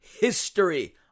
history